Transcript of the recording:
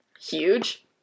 huge